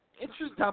interesting